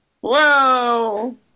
Whoa